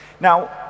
Now